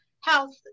health